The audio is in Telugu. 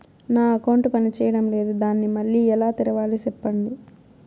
నా అకౌంట్ పనిచేయడం లేదు, దాన్ని మళ్ళీ ఎలా తెరవాలి? సెప్పండి